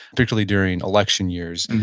particularly during election years.